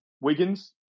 Wiggins